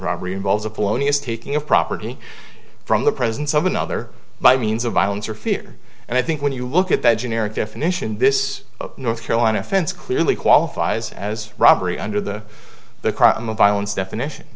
robbery involves a polonius taking of property from the presence of another by means of violence or fear and i think when you look at the generic definition this north carolina fence clearly qualifies as robbery under the the crime of violence definition